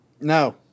No